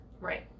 Right